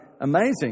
amazing